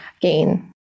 gain